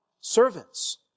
Servants